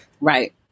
Right